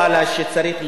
תראה,